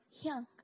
young